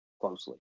closely